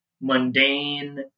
mundane